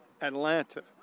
Atlanta